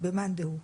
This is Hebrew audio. במאן דהוא.